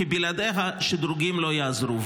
כי בלעדיה, שדרוגים לא יעזרו.